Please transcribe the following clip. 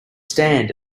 stand